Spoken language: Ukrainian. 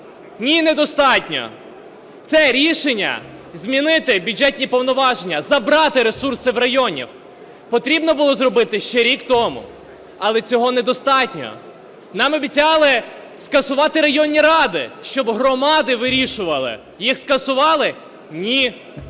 Ні, не достатньо, це рішення - змінити бюджетні повноваження, забрати ресурси у районів - потрібно було зробити ще рік тому. Але цього недостатньо. Нам обіцяли скасувати районні ради, щоб громади вирішували. Їх скасували? Ні.